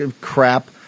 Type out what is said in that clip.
crap